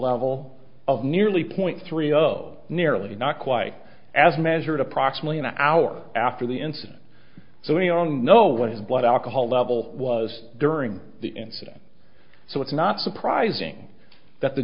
level of nearly point three zero nearly not quite as measured approximately an hour after the incident so many long know what his blood alcohol level was during the incident so it's not surprising that the